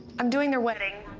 i'm doing their wedding.